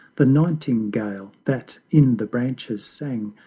the nightingale that in the branches sang,